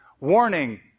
warning